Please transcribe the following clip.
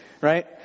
right